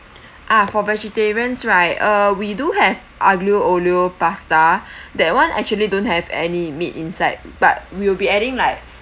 ah for vegetarians right uh we do have aglio olio pasta that one actually don't have any meat inside but we'll be adding like